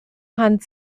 hand